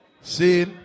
See